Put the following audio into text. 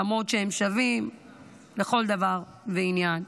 למרות שהם שווים לכל דבר ועניין.